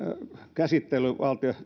käsittely